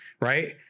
right